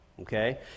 okay